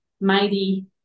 mighty